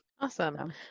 Awesome